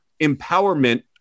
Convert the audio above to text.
empowerment